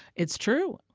it's true.